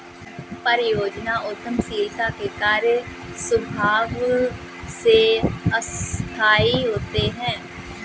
परियोजना उद्यमशीलता के कार्य स्वभाव से अस्थायी होते हैं